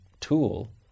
tool